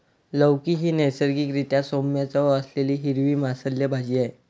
लौकी ही नैसर्गिक रीत्या सौम्य चव असलेली हिरवी मांसल भाजी आहे